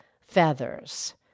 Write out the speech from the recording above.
feathers